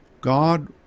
God